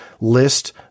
list